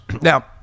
Now